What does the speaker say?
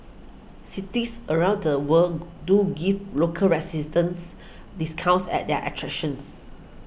cities around the world do give local resistance discounts at their attractions